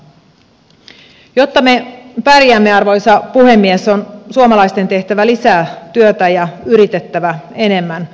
jotta me pärjäämme arvoisa puhemies on suomalaisten tehtävä lisää työtä ja yritettävä enemmän